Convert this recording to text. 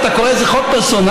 אתה קורא לזה חוק פרסונלי?